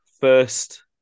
first